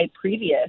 previous